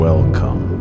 Welcome